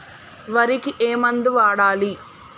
వరికి ఏ మందు వాడాలి?